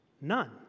None